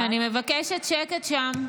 אני מבקשת שקט שם.